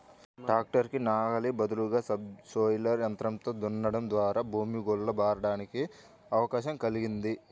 tractor కి నాగలి బదులుగా సబ్ సోయిలర్ యంత్రంతో దున్నడం ద్వారా భూమి గుల్ల బారడానికి అవకాశం కల్గిద్ది